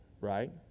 right